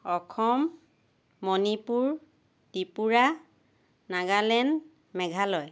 Assam Manipur Tripura Nagaland Meghalaya